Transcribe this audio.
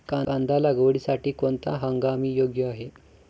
कांदा लागवडीसाठी कोणता हंगाम योग्य आहे?